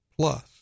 plus